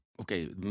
Okay